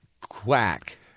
Quack